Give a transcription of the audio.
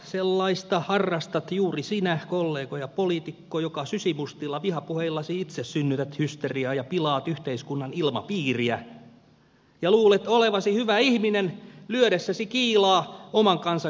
sellaista harrastat juuri sinä kollega ja poliitikko joka sysimustilla vihapuheillasi itse synnytät hysteriaa ja pilaat yhteiskunnan ilmapiiriä ja luulet olevasi hyvä ihminen lyödessäsi kiilaa oman kansan keskuuteen